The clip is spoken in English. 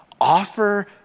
Offer